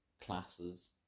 classes